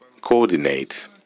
coordinate